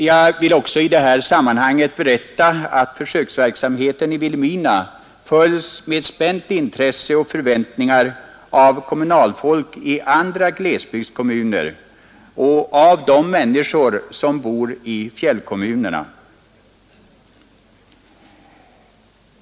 Jag vill i detta sammanhang också berätta att försöksverksamheten i Vilhelmina följs med spänt intresse och med förväntningar av kommunalfolk i andra glesbygdskommuner och av de människor som bor i fjällkommunerna.